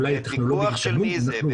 אולי הטכנולוגיה תתקדם ואנחנו נתקדם איתה.